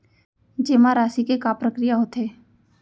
जेमा राशि के का प्रक्रिया होथे?